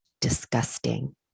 Disgusting